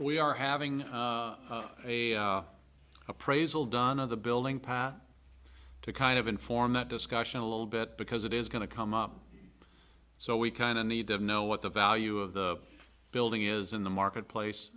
we are having a appraisal done of the building pot to kind of inform that discussion a little bit because it is going to come up so we kind of need to know what the value of the building is in the marketplace